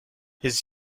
his